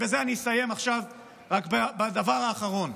בזה אני אסיים עכשיו, בדבר האחרון.